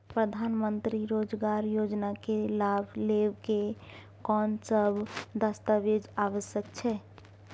प्रधानमंत्री मंत्री रोजगार योजना के लाभ लेव के कोन सब दस्तावेज आवश्यक छै?